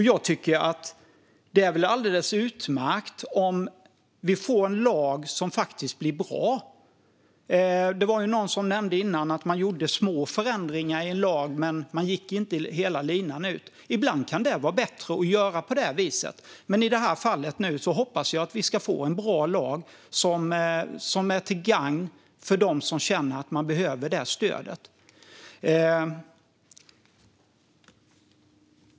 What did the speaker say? Jag tycker att det är alldeles utmärkt om vi får en lag som faktiskt blir bra. Det var någon som nämnde tidigare att man gjorde små förändringar i lagen men inte löpte hela linan ut. Ibland kan det vara bättre att göra på det viset, men i det här fallet hoppas jag att vi ska få en bra lag som är till gagn för dem som känner att de behöver detta stöd.